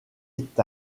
est